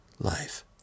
Life